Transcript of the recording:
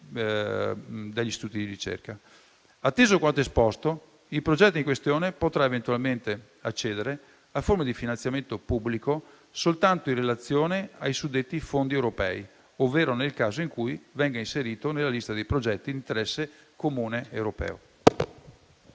dagli istituti di ricerca. Atteso quanto esposto, il progetto in questione potrà eventualmente accedere a forme di finanziamento pubblico soltanto in relazione ai suddetti fondi europei, ovvero nel caso in cui venga inserito nella lista dei progetti di interesse comune europeo.